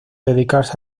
dedicarse